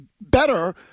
better